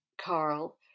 Carl